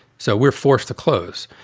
so we're forced to close.